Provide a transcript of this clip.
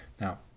Now